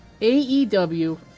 AEW